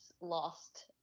lost